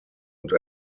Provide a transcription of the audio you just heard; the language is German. und